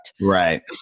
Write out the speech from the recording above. Right